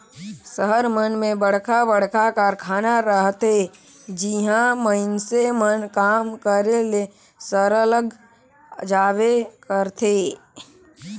सहर मन में बड़खा बड़खा कारखाना रहथे जिहां मइनसे मन काम करे ले सरलग जाबे करथे